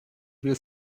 view